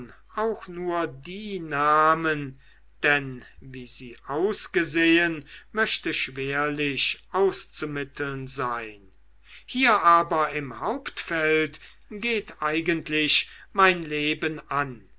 auch nur die namen denn wie sie ausgesehen möchte schwerlich auszumitteln sein hier aber im hauptfelde geht eigentlich mein leben an